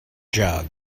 jug